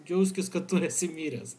jauskis kad tu esi miręs